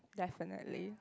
definitely